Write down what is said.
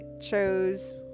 chose